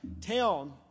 town